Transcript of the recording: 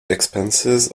expenses